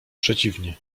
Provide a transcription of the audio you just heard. przeciwnie